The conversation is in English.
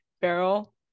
barrel